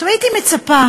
הייתי מצפה